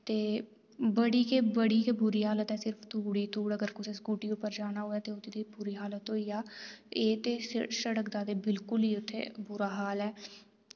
ते बड़ी गै बड़ी गै बुरी हालत ऐ सिर्फ धूड़ ही धूड़ अगर कुसै स्कूटी उप्पर जाना होऐ ते उदी ते बुरी हालत होई जाए ते शड़क दा ते बिल्कुल ही उत्थै बुरा हाल ऐ